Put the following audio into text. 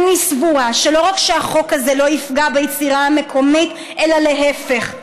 אני סבורה שלא רק שהחוק הזה לא יפגע ביצירה המקומית אלא להפך,